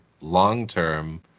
long-term